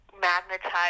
magnetized